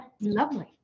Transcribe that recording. Lovely